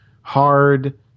hard